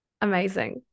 Amazing